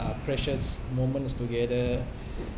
uh precious moments together